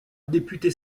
député